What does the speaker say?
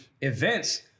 events